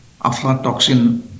aflatoxin